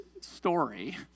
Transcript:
story